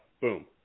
Boom